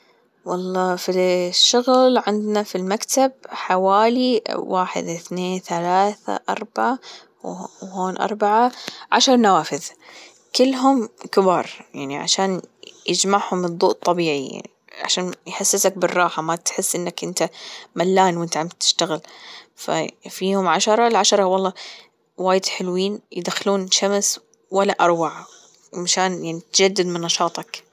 والله في الشغل عنا في المكتب حوالي واحد اثنين ثلاثة أربعة وهون أربعة عشر نوافذ كلهم كبار يعني عشان يجمعهم الضوء الطبيعي يعني عشان يحسسك بالراحة ما تحس إنك أنت ملان وأنت عم تشتغل فيهم عشرة العشرة والله وايد حلوين يدخلون شمس ولا أروع مشان يعني تجدد من نشاطك.